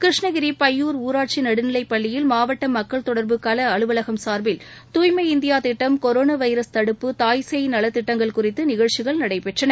கிருஷ்ணகிரி பையூர் ஊராட்சி நடுநிலைப் பள்ளியில் மாவட்ட மக்கள் தொடர்பு கள அலுவலகம் சார்பில் தூய்மை இந்தியா திட்டம் கொரோனா வைரஸ் தடுப்பு தாய்சேய் நலத் திட்டங்கள் குறித்து நிகழ்ச்சிகள் நடைபெற்றன